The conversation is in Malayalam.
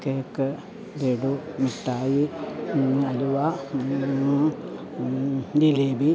കേക്ക് ലെഡു മിട്ടായി അലുവ ജിലേബി